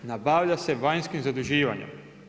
Nabavlja se vanjskim zaduživanjem.